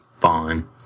Fine